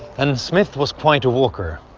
and smith was quite a walker.